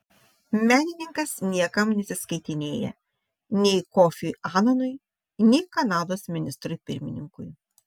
menininkas niekam neatsiskaitinėja nei kofiui ananui nei kanados ministrui pirmininkui